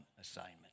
assignment